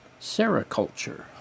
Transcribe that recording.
sericulture